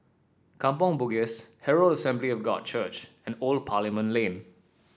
Kampong Bugis Herald Assembly of God Church and Old Parliament Lane